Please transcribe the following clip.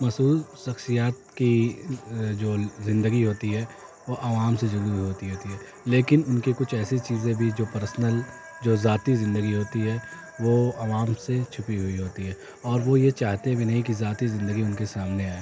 مشہور شخصیات کی جو زندگی ہوتی ہے وہ عوام سے جڑی ہوئی ہوتی ہوتی ہے لیکن ان کی کچھ ایسی چیزیں بھی جو پرسنل جو ذاتی زندگی ہوتی ہے وہ عوام سے چھپی ہوئی ہوتی ہے اور وہ یہ چاہتے بھی نہیں کہ ذاتی زندگی ان کے سامنے آئے